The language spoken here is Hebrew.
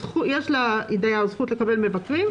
יש לדייר זכות לקבל מבקרים,